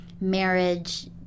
marriage